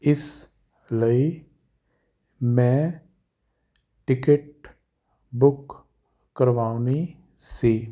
ਇਸ ਲਈ ਮੈਂ ਟਿਕੇਟ ਬੁੱਕ ਕਰਵਾਉਣੀ ਸੀ